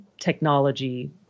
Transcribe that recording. technology